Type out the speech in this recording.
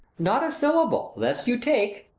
not a syllable, less you take.